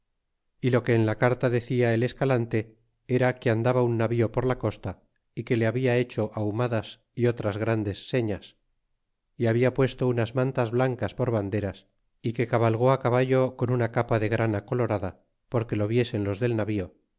y lo que en la carta decia el escalante era que andaba un navío por la costa y que le habla hecho ahumadas y otras grandes señas y habla puesto unas mantas blancas por banderas y que cabalgó caballo con una capa de grana colorada porque lo viesen los del navío